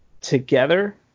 together